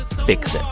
fix